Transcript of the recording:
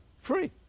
free